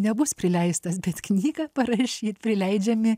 nebus prileistas bet knygą parašyt prileidžiami